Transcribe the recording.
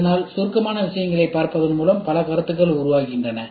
இதனால் சுருக்கமான விஷயங்களைப் பார்ப்பதன் மூலம் பல கருத்துக்கள் உருவாகின்றன